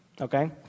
Okay